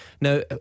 Now